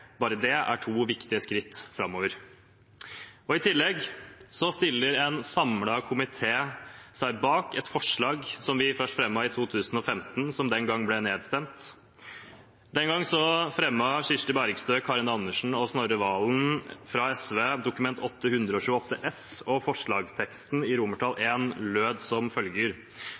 Bare det er to viktige skritt framover. I tillegg stiller en samlet komité seg bak et forslag som vi først fremmet i 2015, og som den gangen ble nedstemt. Den gangen fremmet Kirsti Bergstø, Karin Andersen og Snorre Serigstad Valen fra SV Dokument 8:128 S. Forslagsteksten i I i innstillingen da det ble behandlet, lød som følger: